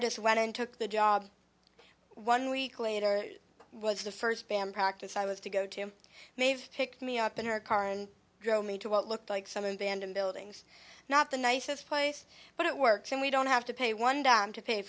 est went and took the job one week later was the first band practice i was to go to may have picked me up in her car and drove me to what looked like some abandoned buildings not the nicest place but it works and we don't have to pay one dime to pay